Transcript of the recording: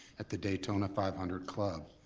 at the daytona five hundred club.